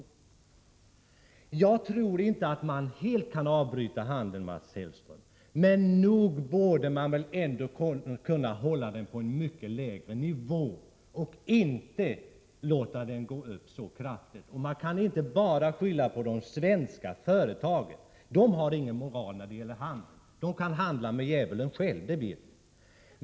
Jag tror inte att man helt kan avbryta denna handel, Mats Hellström, men nog borde man väl kunna hålla den på en mycket lägre nivå och inte låta den 15 delser och utbildningssamarbete med Iran öka så kraftigt. Man kan inte bara skylla på de svenska företagen — de har ingen moral när det gäller handeln, de kan handla med djävulen själv, det vet vi.